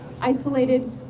isolated